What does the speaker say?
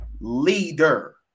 leader